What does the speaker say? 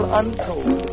untold